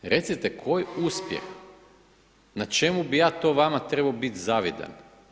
Recite, koji uspjeh, na čemu bih ja to vama trebao biti zavidan?